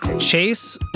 Chase